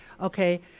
okay